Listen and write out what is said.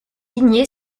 lignée